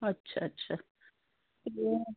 ਅੱਛਾ ਅੱਛਾ